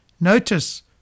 Notice